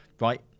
right